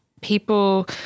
people